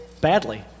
badly